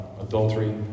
adultery